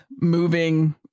moving